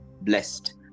blessed